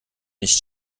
nicht